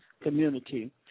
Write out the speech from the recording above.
community